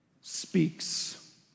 speaks